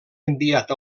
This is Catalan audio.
enviat